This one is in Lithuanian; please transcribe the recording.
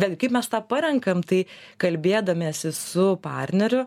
bet kaip mes tą parenkam tai kalbėdamiesi su partneriu